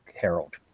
Herald